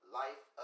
life